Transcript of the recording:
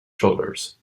shoulders